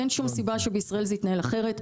אין סיבה שבישראל זה יתנהל אחרת.